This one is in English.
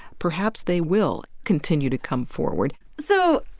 perhaps they will continue to come forward so,